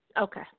okay